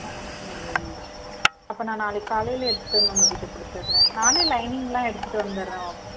ஆ okay okay அப்போ நான் நாளைக்கு காலையில் எடுத்துட்டு வந்து உங்கக்கிட்ட கொடுத்துர்றேன் நானே லைனிங்கெல்லாம் எடுத்துட்டு வந்துடுறேன்